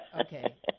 Okay